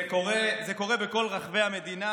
זה קורה בכל רחבי המדינה,